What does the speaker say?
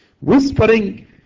Whispering